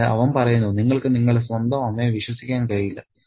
അതിനാൽ അവൻ പറയുന്നു നിങ്ങൾക്ക് നിങ്ങളുടെ സ്വന്തം അമ്മയെ വിശ്വസിക്കാൻ കഴിയില്ല